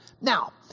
Now